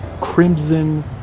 Crimson